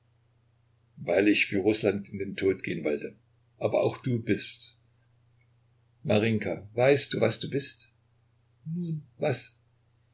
weil ich für rußland in den tod gehen wollte aber auch du bist marinjka weißt du was du bist nun was